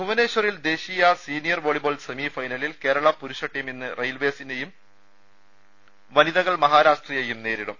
ഭൂവനേശ്വറിൽ ദേശീയ senior volleyball സെമിഫൈ നലിൽ കേരള പുരുഷ ടീം ഇന്ന് റെയിൽവേസിനെയും വനിത കൾ മഹാരാഷ്ട്രയെയും നേരിടും